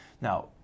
Now